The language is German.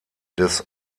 des